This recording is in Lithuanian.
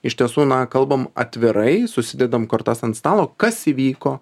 iš tiesų na kalbam atvirai susidedam kortas ant stalo kas įvyko